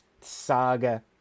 saga